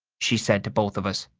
she said to both of us.